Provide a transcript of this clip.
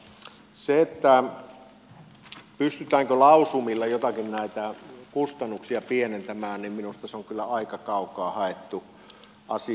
se pystytäänkö lausumilla joitakin näitä kustannuksia pienentämään on minusta kyllä aika kaukaa haettu asia